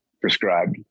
prescribed